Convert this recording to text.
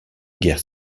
guerre